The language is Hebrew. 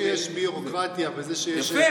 זה שיש ביורוקרטיה וזה שיש זה,